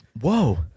whoa